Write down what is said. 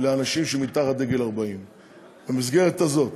לאנשים שמתחת לגיל 40 במסגרת הזאת.